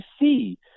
see